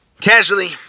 casually